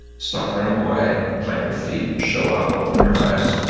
stop running away. plant your feet. show up. open your eyes.